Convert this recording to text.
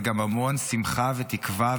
אבל גם המון שמחה ותקווה.